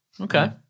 Okay